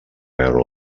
veure